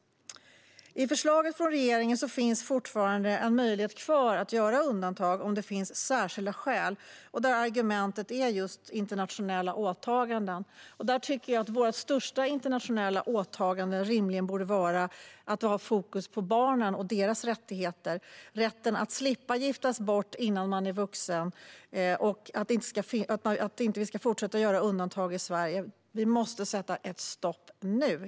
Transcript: I förslaget från regeringen finns fortfarande en möjlighet kvar att göra undantag om det finns särskilda skäl. Argumentet är just internationella åtaganden. Där tycker jag att vårt största internationella åtagande rimligen borde vara att ha fokus på barnen och deras rättigheter, det vill säga rätten att slippa giftas bort innan man är vuxen. Vi ska inte fortsätta att göra undantag i Sverige. Vi måste sätta stopp nu!